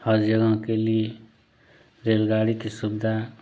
हर जगह के लिए रेलगाड़ी की सुविधा